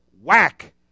whack